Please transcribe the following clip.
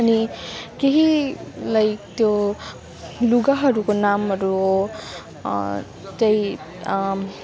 अनि केही लाइक त्यो लुगाहरूको नामहरू हो त्यही